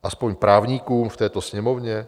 Aspoň právníkům v této Sněmovně?